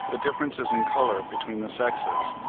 the differences in colour between the sexes,